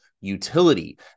utility